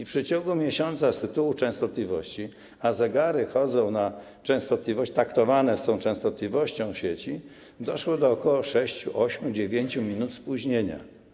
W ciągu miesiąca z tytułu częstotliwości, a zegary chodzą na częstotliwość, taktowane są częstotliwością sieci, doszło do ok. 6, 8, 9 minut spóźnienia.